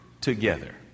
together